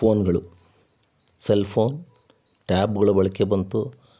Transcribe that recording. ಪೋನ್ಗಳು cell phone ಟ್ಯಾಬ್ಗಳ ಬಳಕೆ ಬಂತು